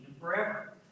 forever